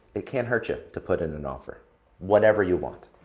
it can't hurt you to put in an offer whatever you want.